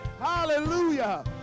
hallelujah